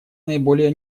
наиболее